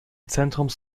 zentrums